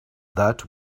that